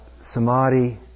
samadhi